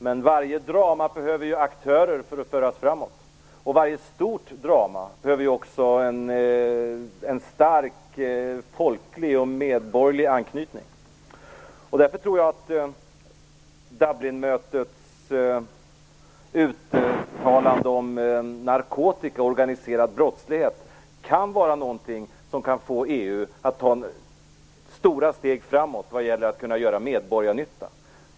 Men varje drama behöver aktörer för att föras framåt, och varje stort drama behöver också en stark folklig och medborgerlig anknytning. Därför tror jag att Dublinmötets uttalande om narkotika och organiserad brottslighet kan vara någonting som får EU att ta stora steg framåt när det gäller att kunna göra medborgarnytta.